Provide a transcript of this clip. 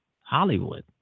Hollywood